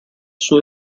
suo